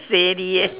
steady eh